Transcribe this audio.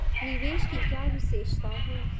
निवेश की क्या विशेषता है?